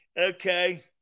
Okay